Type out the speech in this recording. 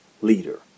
leader